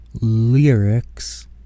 lyrics